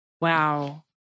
Wow